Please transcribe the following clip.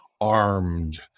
armed